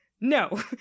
no